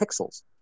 pixels